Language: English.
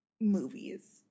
movies